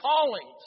callings